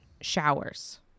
Showers